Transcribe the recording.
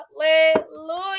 hallelujah